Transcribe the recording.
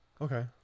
okay